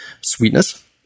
sweetness